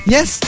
Yes